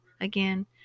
again